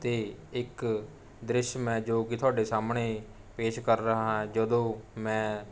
ਅਤੇ ਇੱਕ ਦ੍ਰਿਸ਼ ਮੈਂ ਜੋ ਕਿ ਤੁਹਾਡੇ ਸਾਹਮਣੇ ਪੇਸ਼ ਕਰ ਰਿਹਾ ਹਾਂ ਜਦੋਂ ਮੈਂ